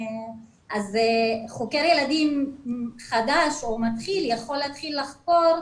אז חוקר ילדים חדש או מתחיל יכול להתחיל לחקור,